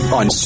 on